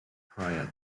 prior